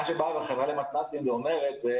מה שבאה החברה למתנ"סים ואומרת,